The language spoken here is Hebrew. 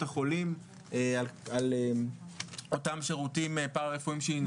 החולים על אותם שירותים פרה רפואיים שיינתנו.